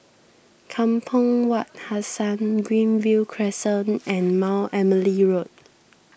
Kampong Wak Hassan Greenview Crescent and Mount Emily Road